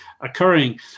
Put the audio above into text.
occurring